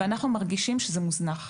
ואנחנו מרגישים שזה מוזנח.